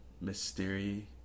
mystery